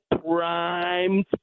prime